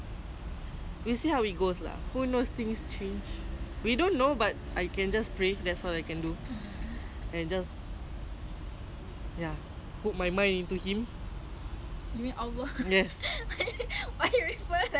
like because like I feel like I'm talking to you like you know just don't make anything bad happen to me okay